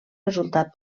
resultat